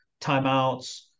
timeouts